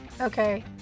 Okay